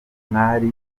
umwali